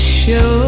show